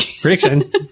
Prediction